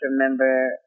remember